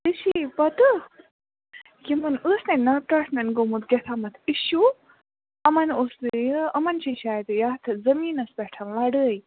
ژےٚ چھَیے پَتاہ یِمَن ٲس نَے نَبہٕ ٹاٹھنٮ۪ن گوٚمُت کیٛاہتامتھ اِشوٗ یِمن اوس یہِ یِمن چھُ شاید یتھ زمیٖنَس پٮ۪ٹھ لَڑٲے